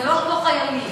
זה לא כמו חיילים.